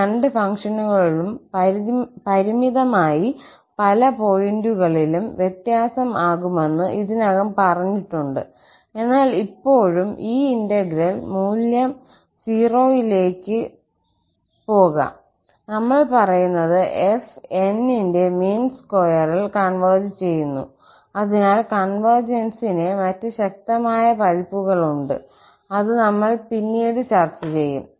ഈ രണ്ട് ഫംഗ്ഷനുകളും പരിമിതമായി പല പോയിന്റുകളിലും വ്യത്യസ്തം ആകുമെന്ന് ഇതിനകം പറഞ്ഞിട്ടുണ്ട് എന്നാൽ ഇപ്പോഴും ഈ ഇന്റഗ്രൽ മൂല്യം 0 ലേക്ക് പോകാം നമ്മൾ പറയുന്നത് 𝑓𝑛 ന്റെ മീൻ സ്ക്വയറിൽ കൺവെർജ് ചെയ്യുന്നു അതിനാൽ കോൺവെർജന്സിന്റെ മറ്റ് ശക്തമായ പതിപ്പുകളുണ്ട് അത് നമ്മൾ പിന്നീട് ചർച്ച ചെയ്യും